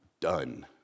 done